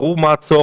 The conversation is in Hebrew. ברור מה הצורך.